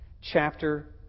chapter